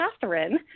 Catherine